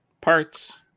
parts